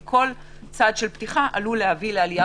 כי כל צעד של פתיחה עלול להביא לעלייה